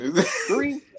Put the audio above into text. three